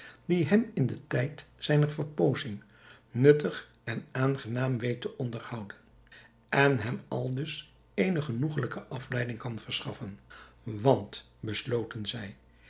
die hem in den tijd zijner verpozing nuttig en aangenaam weet te onderhouden en hem aldus eene genoegelijke afleiding kan verschaffen want besloten zij